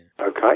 Okay